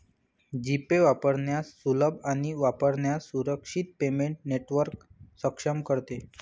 जी Pay वापरण्यास सुलभ आणि वापरण्यास सुरक्षित पेमेंट नेटवर्क सक्षम करते